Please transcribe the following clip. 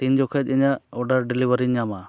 ᱛᱤᱱ ᱡᱚᱠᱷᱚᱡᱽ ᱤᱧᱟᱹᱜ ᱚᱰᱟᱨ ᱰᱮᱞᱤᱵᱷᱟᱨᱤ ᱤᱧ ᱧᱟᱢᱟ